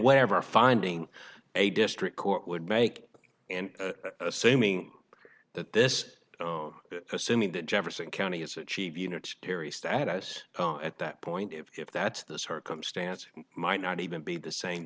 whatever finding a district court would make and assuming that this assuming that jefferson county is achieve unity terry status at that point if that's the circumstance might not even be the same